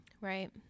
Right